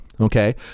okay